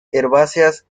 herbáceas